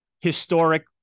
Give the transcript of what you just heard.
historic